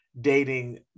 dating